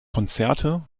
konzerte